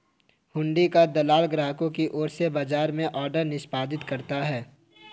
हुंडी का दलाल ग्राहकों की ओर से बाजार में ऑर्डर निष्पादित करता है